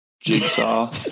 jigsaw